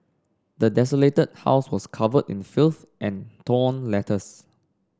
the desolated house was covered in filth and torn letters